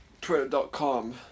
Twitter.com